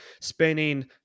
spending